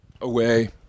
away